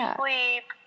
sleep